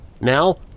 Now